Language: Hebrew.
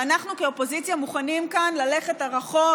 ואנחנו כאופוזיציה מוכנים כאן ללכת רחוק.